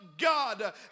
God